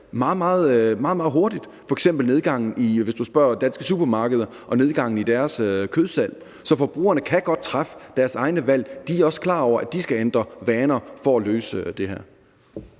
meget hurtigt. F.eks. nedgangen – hvis du spørger danske supermarkeder – i deres kødsalg. Så forbrugerne kan godt træffe deres egne valg. De er også klar over, at de skal ændre vaner for at løse det her.